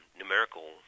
numerical